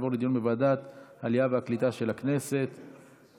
לוועדת העלייה, הקליטה והתפוצות נתקבלה.